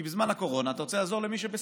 כי בזמן הקורונה אתה רוצה לעזור למי שבסיכון.